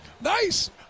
Nice